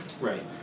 Right